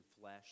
flesh